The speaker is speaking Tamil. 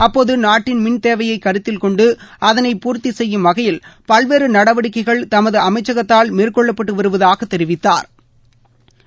அப்போது நாட்டின் மின் தேவையை கருத்தில்கொண்டு அதனை பூர்த்தி செய்யும் வகையில் பல்வேறு நடவடிக்கைகள் தமது அமைச்சகத்தால் மேற்கொள்ளப்பட்டு வருவதாக தெரிவித்தாா்